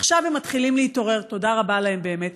עכשיו הם מתחילים להתעורר, תודה רבה להם באמת.